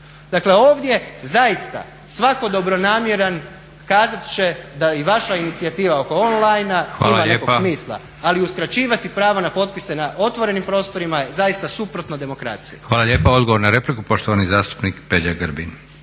Dakle, ovdje zaista svatko dobronamjeran kazat će da i vaša inicijativa oko on-line ima nekog smisla … …/Upadica predsjednik: Hvala lijepa./… Ali uskraćivati pravo na potpise na otvorenim prostorima je zaista suprotno demokraciji.